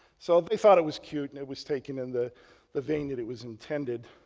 so they thought it was cute, and it was taken in the the vein that it was intended.